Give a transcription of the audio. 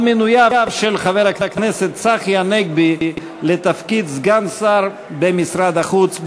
על מינויו של חבר הכנסת צחי הנגבי לתפקיד סגן שר במשרד החוץ.